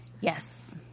Yes